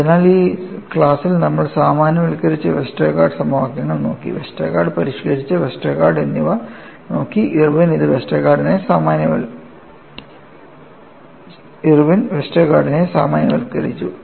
അതിനാൽ ഈ ക്ലാസ്സിൽ നമ്മൾ സാമാന്യവൽക്കരിച്ച വെസ്റ്റർഗാർഡ് സമവാക്യങ്ങൾ നോക്കി വെസ്റ്റർഗാർഡ് പരിഷ്കരിച്ച വെസ്റ്റർഗാർഡ് എന്നിവ നോക്കി ഇർവിൻ വെസ്റ്റർഗാർഡിനെ സാമാന്യവൽക്കരിച്ചു